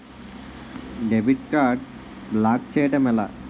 Debit card block చేయటం ఎలా?